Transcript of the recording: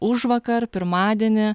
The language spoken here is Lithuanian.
užvakar pirmadienį